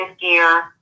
gear